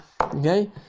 Okay